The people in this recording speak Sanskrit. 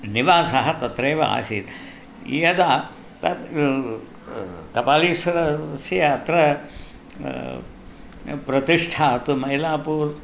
निवासः तत्रैव आसीत् यदा तत् कपालीश्वरस्य अत्र प्रतिष्ठात् मैलापुरम्